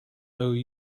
though